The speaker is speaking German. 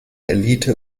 elite